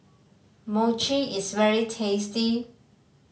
Mochi is very tasty